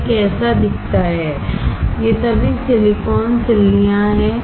यह कैसा दिखता है ये सभी सिलिकॉन सिल्लियां हैं